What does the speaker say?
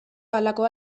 halakoa